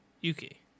Yuki